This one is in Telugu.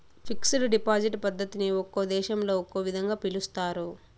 ఫిక్స్డ్ డిపాజిట్ పద్ధతిని ఒక్కో దేశంలో ఒక్కో విధంగా పిలుస్తారు